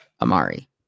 Amari